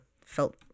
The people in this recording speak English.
felt